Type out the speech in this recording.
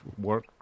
work